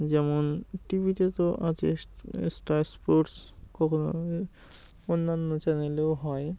যেমন টিভিতে তো আছে স্টার স্পোর্টস কখনো অন্যান্য চ্যানেলেও হয়